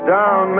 Down